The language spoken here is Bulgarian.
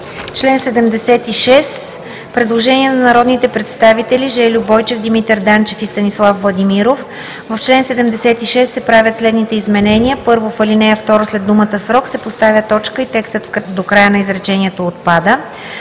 исканията“. Предложение на народните представители Жельо Бойчев, Димитър Данчев и Станислав Владимиров: „В чл. 76 се правят следните изменения: 1. В ал. 2 след думата „срок“ се поставя точка и текстът до края на изречението – отпада.